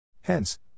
Hence